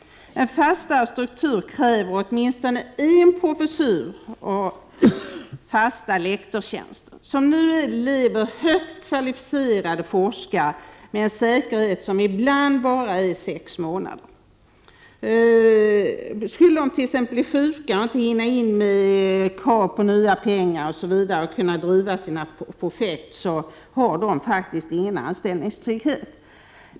En fastare struktur kräver åtminstone en professur samt fasta lektorstjänster. Som det nu är lever högt kvalificerade forskare med en säkerhet som ibland endast sträcker sig sex månader framåt i tiden. Skulle de t.ex. bli sjuka och inte hinna lämna in krav på nya anslag osv. för att kunna driva sina projekt har de faktiskt ingen anställningstrygghet.